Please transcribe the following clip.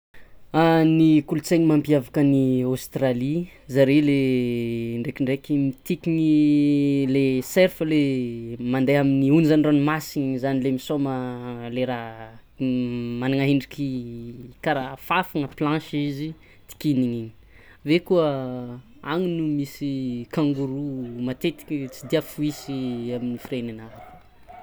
Ny kolontsaigny mampiavaka an'y Aostralia, zare le ndrekindreky mitikigny le serfa la mande amin'ny onjan-dranomasiny le misaoma le raha magnana endriky kara fafy na planchy izy tikininy igny aveke koa any misy kangoroa matetiky tsy dia foisy amy firenena hafa.